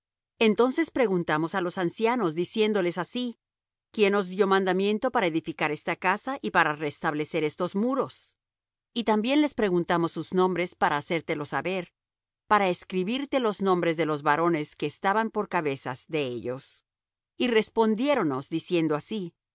entonces preguntamos á los ancianos diciéndoles así quién os dió mandameinto para edificar esta casa y para restablecer estos muros y también les preguntamos sus nombres para hacértelo saber para escribir te los nombres de los varones que estaban por cabezas de ellos y respondiéronnos diciendo así